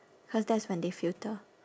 cause that's when they filter